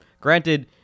Granted